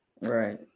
right